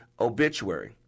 obituary